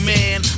Man